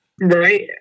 Right